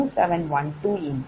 4520 pu